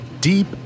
Deep